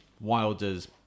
Wilder's